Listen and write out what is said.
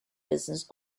business